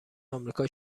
آمریکا